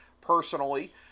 personally